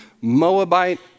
Moabite